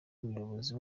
umuyobozi